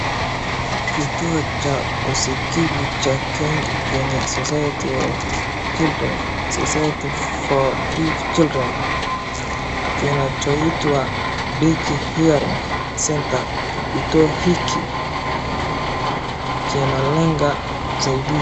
Kituo cha usikivu cha Kenya Society of Children Society for Deaf Children kinachoitwa Betch Hearing Center . Kituo hiki kinalenga zaidi